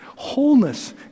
wholeness